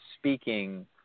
speaking